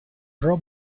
pro